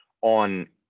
on